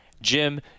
Jim